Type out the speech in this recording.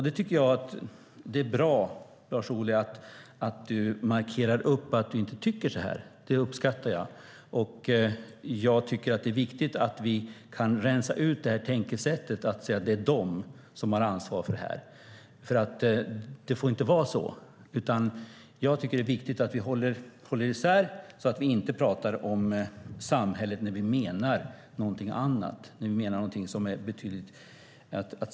Det är bra att Lars Ohly markerar att han inte tycker så. Det uppskattar jag. Jag tycker att det är viktigt att vi kan rensa ut det här tänkesättet, att det är "de" som har ansvar. Det får inte vara så. Det är viktigt att vi håller isär detta, så att vi inte pratar om "samhället" när vi menar någonting annat.